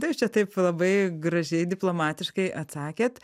tai jūs čia taip labai gražiai diplomatiškai atsakėt